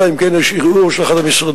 אלא אם כן יש ערעור של אחד המשרדים.